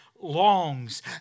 longs